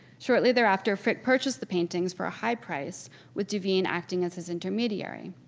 shortly thereafter, frick purchased the paintings for a high price with duveen acting as his intermediary.